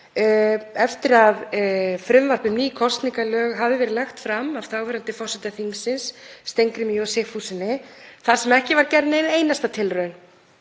eftir að frumvarp um ný kosningalög hafði verið lagt fram af þáverandi forseta þingsins, Steingrími J. Sigfússyni, þar sem ekki var gerð nein einasta tilraun